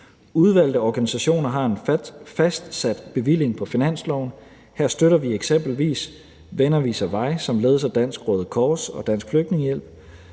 Udvalget af organisationer har en fastsat bevilling på finansloven. Her støtter vi eksempelvis Venner Viser Vej, som ledes af dansk Røde Kors og Dansk Flygtningehjælp,